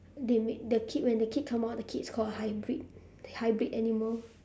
they make the kid when the kid come out the kid is called a hybrid hybrid animal